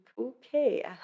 okay